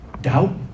Doubt